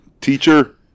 Teacher